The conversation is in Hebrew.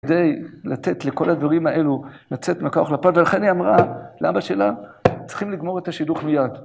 כדי לתת לכל הדברים האלו לצאת מהכוח לפועל, ולכן היא אמרה לאבא שלה, צריכים לגמור את השידוך מיד.